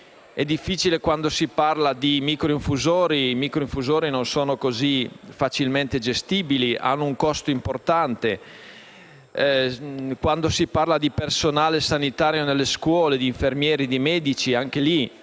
difficile quando si parla di microinfusori, che non sono facilmente gestibili e hanno un costo importante, o quando si parla di personale sanitario nelle scuole, di infermieri e di medici, che